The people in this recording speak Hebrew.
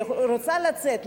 והיא רוצה לצאת,